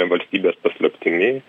valstybės paslaptimi